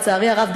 לצערי הרב,